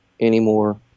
anymore